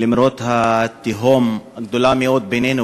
למרות התהום הגדולה-מאוד בינינו,